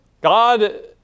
God